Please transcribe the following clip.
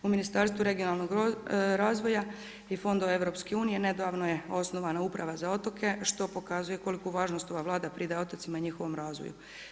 U Ministarstvu regionalnog razvoja i fondova EU nedavno je osnovana Uprava za otoke što pokazuje koliku važnost ova Vlada pridaje otocima i njihovom razvoju.